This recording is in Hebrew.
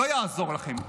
לא יעזור לכם,